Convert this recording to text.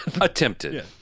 Attempted